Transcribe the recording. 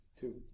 Two